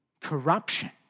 corruption